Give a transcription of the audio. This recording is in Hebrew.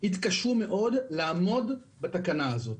יתקשו מאוד לעמוד בתקנה הזאת.